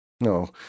No